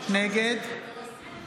נגד גלעד קריב,